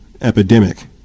epidemic